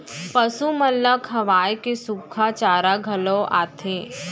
पसु मन ल खवाए के सुक्खा चारा घलौ आथे